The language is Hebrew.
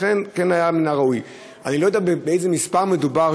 לכן כן היה מן הראוי אני לא יודע באיזה מספר מדובר,